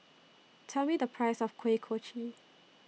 Tell Me The Price of Kuih Kochi